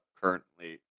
currently